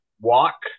walk